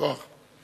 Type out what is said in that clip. יישר כוח.